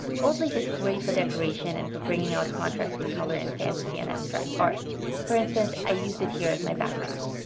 gold leaf is great for decoration and for bringing out contrast and color in fantasy and abstract art for instance i used it here as my background,